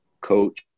coach